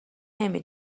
نمی